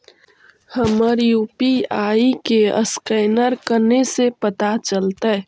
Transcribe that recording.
हमर यु.पी.आई के असकैनर कने से पता चलतै?